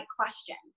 questions